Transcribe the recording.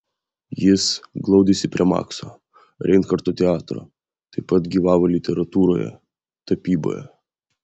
jis glaudėsi prie makso reinharto teatro taip pat gyvavo literatūroje tapyboje